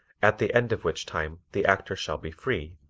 at the end of which time the actor shall be free,